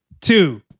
two